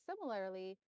similarly